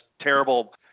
terrible